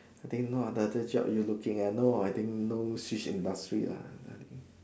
I think no other jobs you are looking at no I think no switch industry lah